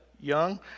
young